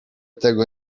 tego